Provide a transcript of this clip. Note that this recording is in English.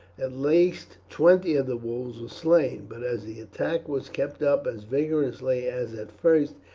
at least twenty of the wolves were slain but as the attack was kept up as vigorously as at first,